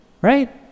right